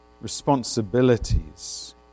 responsibilities